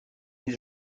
his